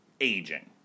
aging